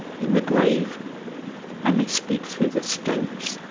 in the grave i may speak through the stones,